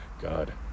God